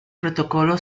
protocolo